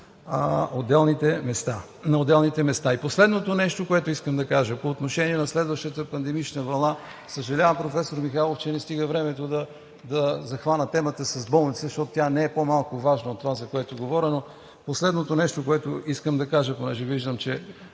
на отделните места. Последното нещо, което искам да кажа, е по отношение на следващата пандемична вълна. Съжалявам, професор Михайлов, че не ми стига времето да захвана темата с болниците, защото тя не е по-малко важна от това, за което говоря, но последното нещо, което искам да кажа, понеже виждам, че